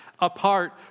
apart